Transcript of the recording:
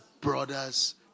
brother's